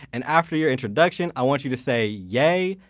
and after your introduction, i want you to say yay,